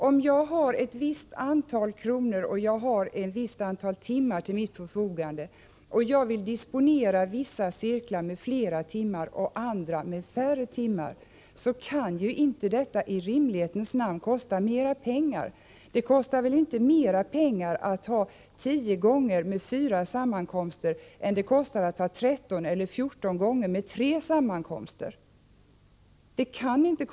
Om jag har ett visst antal kronor och ett visst antal timmar till mitt förfogande och jag vill anordna vissa cirklar med flera timmar och andra med färre timmar, kan ju i rimlighetens namn inte detta kosta mera pengar. Det kostar väl inte mera pengar att ha tio sammankomster med fyra timmar än det kostar att ha 13 eller 14 sammankomster med tre timmar.